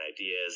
ideas